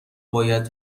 باید